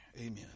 amen